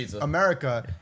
America